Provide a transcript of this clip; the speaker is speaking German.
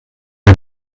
den